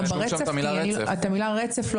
ברצף?